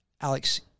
Alex